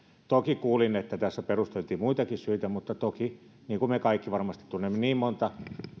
toki kuulin että tässä perusteltiin muitakin syitä mutta me kaikki varmasti tunnemme niin monta